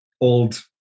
old